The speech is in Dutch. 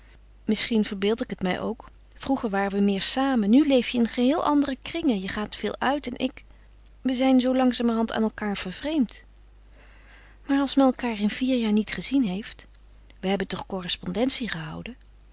misschien verbeeld ik het mij ook vroeger waren we meer samen nu leef je in geheel andere kringen je gaat veel uit en ik we zijn zoo langzamerhand aan elkaâr vervreemd maar als men elkaâr in vier jaar niet gezien heeft we hebben toch correspondentie gehouden